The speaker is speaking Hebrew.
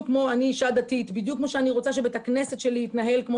אני אישה דתית ובדיוק כמו שאני רוצה שבית הכנסת שלי יתנהל כמו